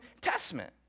Testament